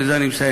ובזה אני מסיים,